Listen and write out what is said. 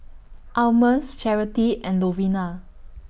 Almus Charity and Lovina